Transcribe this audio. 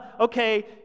okay